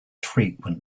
frequent